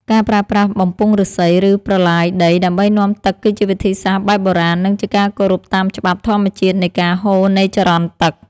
ការប្រើប្រាស់បំពង់ឫស្សី ឬប្រឡាយដីដើម្បីនាំទឹកគឺជាវិធីសាស្ត្របែបបុរាណ និងជាការគោរពតាមច្បាប់ធម្មជាតិនៃការហូរនៃចរន្តទឹក។